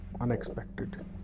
unexpected